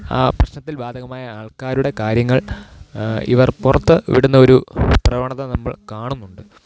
ആ പ്രശ്നത്തില് ബാധകമായ ആള്ക്കാരുടെ കാര്യങ്ങള് ഇവര് പുറത്തു വിടുന്നൊരു പ്രവണത നമ്മള് കാണുന്നുണ്ട്